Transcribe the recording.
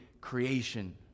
creation